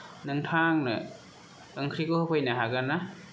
नोंथाङा आंनो ओंख्रिखौ होफैनो हागोन ना